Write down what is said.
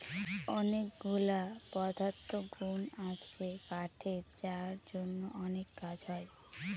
অনেকগুলা পদার্থগুন আছে কাঠের যার জন্য অনেক কাজ হয়